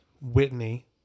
Whitney